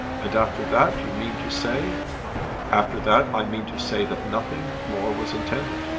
and after that you mean to say after that i mean to say that nothing more was intended.